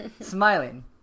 smiling